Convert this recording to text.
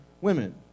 women